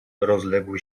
rozległ